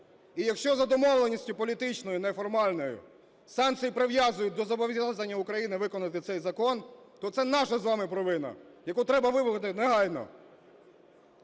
І якщо за домовленістю політичною неформальною санкції прив'язують до зобов'язань України виконати цей закон, то це наша з вами провина, яку треба виправити негайно.